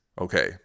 Okay